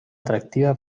atractiva